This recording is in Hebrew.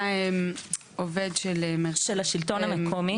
היה עובד --- של השלטון המקומי,